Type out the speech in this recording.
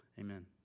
amen